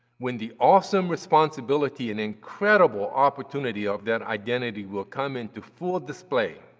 when the awesome responsibility and incredible opportunity of that identity will come into full display,